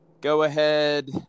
go-ahead